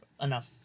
enough